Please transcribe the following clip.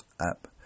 app